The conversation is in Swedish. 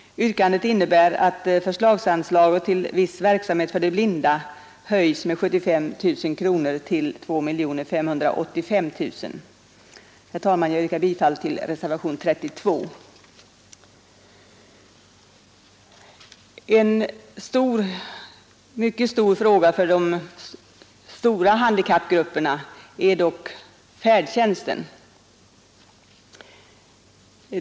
Yrkandet innebär att förslagsanslaget till viss verksamhet för de blinda höjs med 75 000 kronor till 2 585 000 kronor. Herr talman, jag yrkar bifall till reservation 32. En mycket angelägen fråga för de stora handikappgrupperna är dock färdtjänsten.